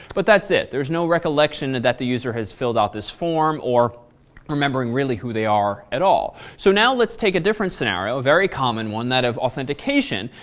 but that's it, there's no recollection and that the user have filled out this form or remembering, really, who they are at all. so now let's take a difference scenario, a very common one that of authentication,